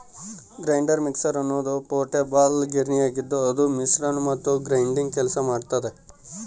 grinder mixer ಎನ್ನುವುದು portable ಗಿರಣಿಯಾಗಿದ್ದುಅದು ಮಿಶ್ರಣ ಮತ್ತು ಗ್ರೈಂಡಿಂಗ್ ಕೆಲಸ ಮಾಡ್ತದ